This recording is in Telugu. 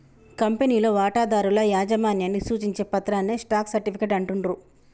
కంపెనీలో వాటాదారుల యాజమాన్యాన్ని సూచించే పత్రాన్నే స్టాక్ సర్టిఫికేట్ అంటుండ్రు